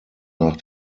nach